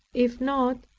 if not,